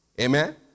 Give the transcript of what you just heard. Amen